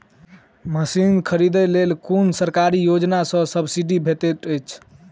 Machine खरीदे लेल कुन सरकारी योजना सऽ सब्सिडी भेटैत अछि?